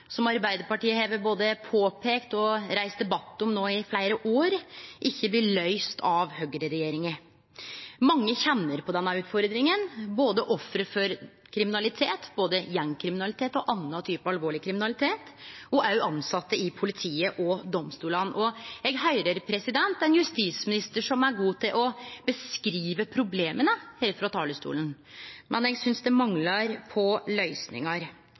som Arbeidarpartiet har både påpeikt og reist debatt om i fleire år, ikkje blir løyste av høgreregjeringa. Mange kjenner på denne utfordringa, både ofre for kriminalitet – både gjengkriminalitet og annan type alvorleg kriminalitet – og tilsette i politiet og domstolane. Eg høyrer ein justisminister som er god til å beskrive problema her frå talarstolen, men eg synest det manglar løysingar. Høgreregjeringa brukar mykje tid på